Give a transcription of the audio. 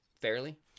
fairly